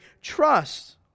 trust